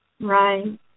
Right